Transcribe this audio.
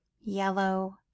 Yellow